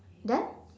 then